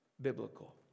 biblical